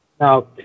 Now